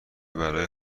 برای